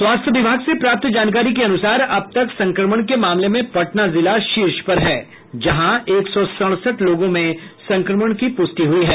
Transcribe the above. स्वास्थ्य विभाग से प्राप्त जानकारी के अनुसार अब तक संक्रमण के मामले में पटना जिला शीर्ष पर है जहां एक सौ सड़सठ लोगों में संक्रमण की पुष्टि हुई है